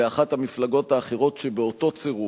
לאחת המפלגות האחרות שבאותו צירוף,